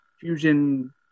fusion